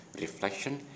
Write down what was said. reflection